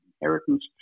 inheritance